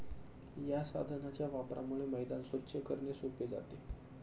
या साधनाच्या वापरामुळे मैदान स्वच्छ करणे सोपे जाते